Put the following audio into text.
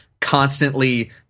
constantly